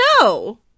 No